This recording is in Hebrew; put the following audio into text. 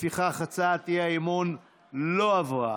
לפיכך, הצעת האי-אמון לא עברה.